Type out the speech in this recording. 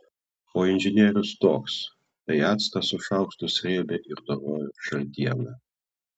o inžinierius toks tai actą su šaukštu srėbė ir dorojo šaltieną